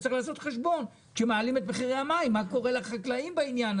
צריך לעשות חשבון מה קורה לחקלאים כשמעלים את מחירי המים.